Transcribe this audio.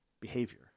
behavior